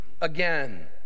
again